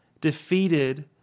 defeated